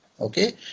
okay